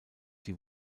die